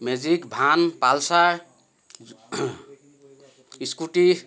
magic van pulsar scooty